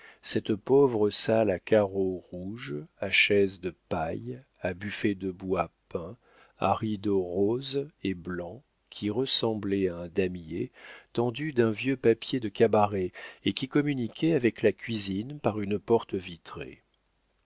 cette pauvre salle à carreaux rouges à chaises de paille à buffet de bois peint à rideaux roses et blancs qui ressemblaient à un damier tendue d'un vieux papier de cabaret et qui communiquait avec la cuisine par une porte vitrée